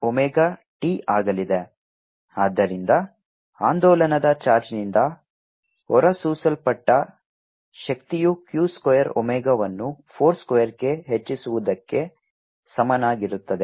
Sq2a21620c3sin2r2 ad2xdt2 2Asinωt ಆದ್ದರಿಂದ ಆಂದೋಲನದ ಚಾರ್ಜ್ನಿಂದ ಹೊರಸೂಸಲ್ಪಟ್ಟ ಶಕ್ತಿಯು q ಸ್ಕ್ವೇರ್ ಒಮೆಗಾವನ್ನು 4 ಸ್ಕ್ವೇರ್ಕ್ಕೆ ಹೆಚ್ಚಿಸುವುದಕ್ಕೆ ಸಮನಾಗಿರುತ್ತದೆ